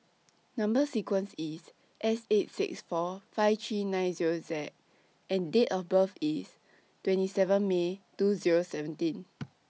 Number sequence IS S eight six four five three nine Zero Z and Date of birth IS twenty seventeen May two Zero seventeen